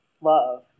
love